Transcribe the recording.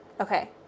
okay